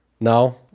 no